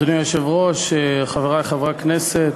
אדוני היושב-ראש, חברי חברי הכנסת,